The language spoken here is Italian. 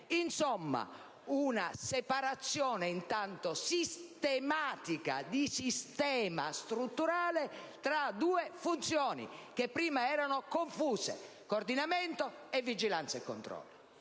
Insomma, una separazione intanto sistematica, di sistema, strutturale, tra due funzioni che prima erano confuse: coordinamento, e vigilanza e controllo.